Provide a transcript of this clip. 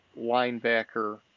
linebacker